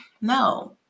No